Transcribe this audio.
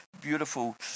beautiful